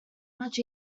much